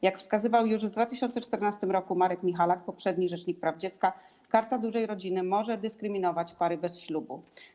Jak wskazywał już w 2014 r. Marek Michalak, poprzedni rzecznik praw dziecka, Karta Dużej Rodziny może dyskryminować pary bez ślubu.